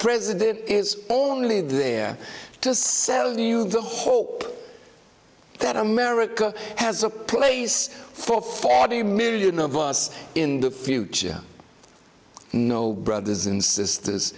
president is only there to sell you the hope that america has a place for forty million of us in the future no brothers and sisters